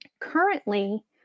Currently